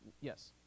yes